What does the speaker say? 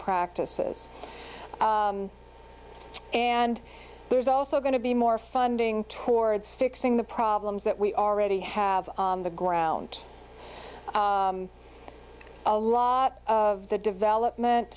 practices and there's also going to be more funding towards fixing the problems that we already have on the ground a lot of the development